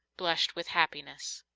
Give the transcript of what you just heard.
blushed with happiness.